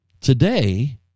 Today